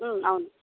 అవును